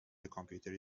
کامپیوتری